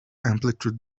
amplitude